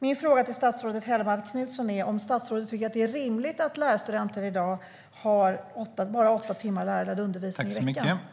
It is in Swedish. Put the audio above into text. Min fråga till statsrådet Hellmark Knutsson är om hon tycker att det är rimligt att lärarstudenter i dag bara har åtta timmar lärarledd undervisning i veckan.